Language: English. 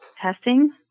testing